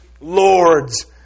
lords